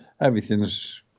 everything's